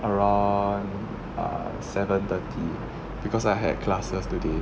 around err seven thirty because I had classes today